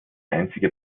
einzige